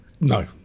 No